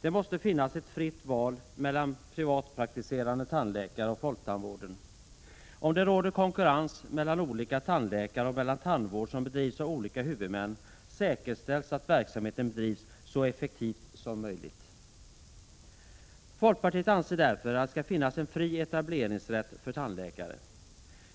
Det måste finnas ett fritt val mellan privatpraktiserande tandläkare och folktandvården. Om det råder konkurrens mellan olika tandläkare och mellan tandvård som bedrivs av olika huvudmän säkerställs att verksamheten bedrivs så effektivt som möjligt. Folkpartiet anser därför att det skall finnas en fri etableringsrätt för tandläkare.